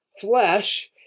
flesh